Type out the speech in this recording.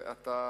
ואתה